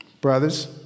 Brothers